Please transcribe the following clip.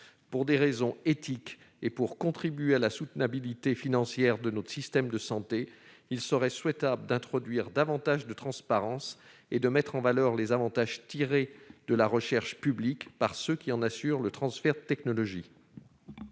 Pour des raisons éthiques et pour contribuer à la soutenabilité financière de notre système de santé, il serait souhaitable d'introduire davantage de transparence et de mettre en valeur les bénéfices que la recherche publique garantit à ceux qui sont en charge du transfert de technologies.